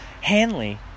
Hanley